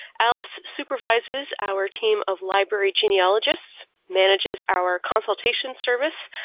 alice supervises our team of library genealogists, manages our consultation service,